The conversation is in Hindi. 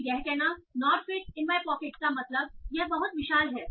तो यह कहना not fit in my pocket का मतलब यह बहुत विशाल है